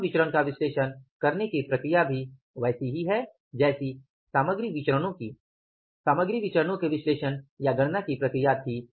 श्रम विचरण का विश्लेषण करने की प्रक्रिया भी वैसी ही है जैसी सामग्री विचरणो के विश्लेषण या गणना की प्रक्रिया थी